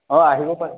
অঁ আহিব পাৰে